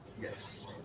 Yes